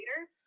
later